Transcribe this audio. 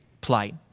plight